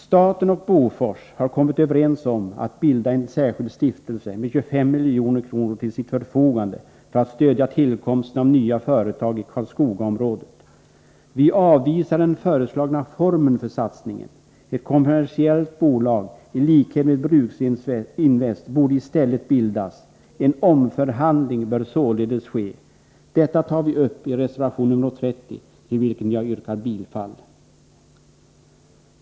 Staten och Bofors AB har kommit överens om att bilda en särskild stiftelse med 25 milj.kr. till sitt förfogande för att stödja tillkomsten av nya företag i Karlskogaområdet. Vi avvisar den föreslagna formen för satsningen. Ett kommersiellt bolag — som Bruksinvest — borde i stället bildas. En omförhandling bör således ske. Detta tar vi upp i reservation nr 30 till vilken jag yrkar bifall.